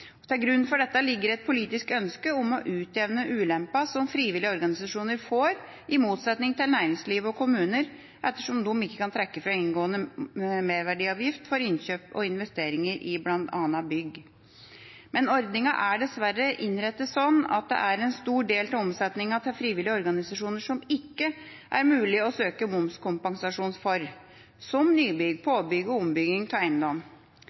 Til grunn for dette ligger et politisk ønske om å utjevne ulempene som frivillige organisasjoner får, i motsetning til næringsliv og kommuner, ettersom de ikke kan trekke fra inngående merverdiavgift for innkjøp og investeringer i bl.a. bygg. Men ordningen er dessverre innrettet slik at det er en stor del av omsetningen til frivillige organisasjoner som det ikke er mulig å søke momskompensasjon for, slik som nybygg, påbygg og ombygging av eiendom,